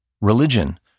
Religion